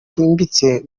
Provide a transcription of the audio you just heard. bwimbitse